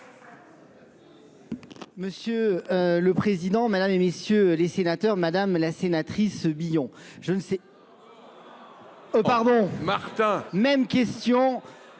Monsieur le Président, madame et messieurs les sénateurs, madame la sénatrice Billon, je ne sais Pardon ? Même question,